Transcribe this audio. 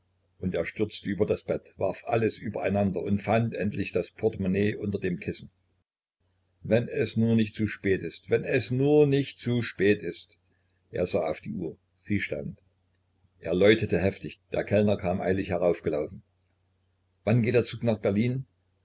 und er stürzte über das bett warf alles übereinander und fand endlich das portemonnaie unter dem kissen wenn es nur nicht zu spät ist wenn es nur nicht zu spät ist er sah auf die uhr sie stand er läutete heftig der kellner kam eilig heraufgelaufen wann geht der zug nach berlin